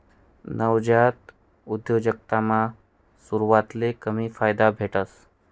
नवजात उद्योजकतामा सुरवातले कमी फायदा भेटस